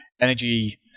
energy